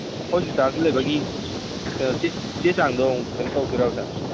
ꯍꯣꯁꯄꯤꯇꯥꯜꯗ ꯂꯩꯕꯒꯤ ꯆꯦ ꯆꯥꯡꯗꯣ ꯀꯩꯅꯣ ꯇꯧꯗꯣꯏꯔꯥꯕ ꯁꯥꯔ